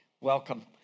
welcome